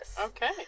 Okay